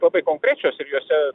labai konkrečios ir jose